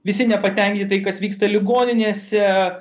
visi nepatenkinti tai kas vyksta ligoninėse